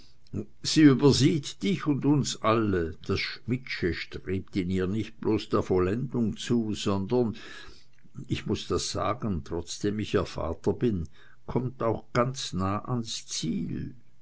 sie übersieht dich und uns alle das schmidtsche strebt in ihr nicht bloß der vollendung zu sondern ich muß das sagen trotzdem ich ihr vater bin kommt auch ganz nah ans ziel